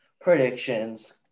predictions